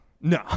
No